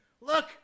Look